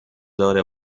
دار